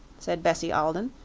said bessie alden.